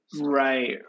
right